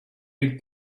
big